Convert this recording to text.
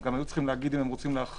הם גם היו צריכים לומר אם הם רוצים להחריג